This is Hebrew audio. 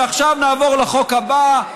ועכשיו נעבור לחוק הבא,